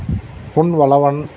Ponvalavan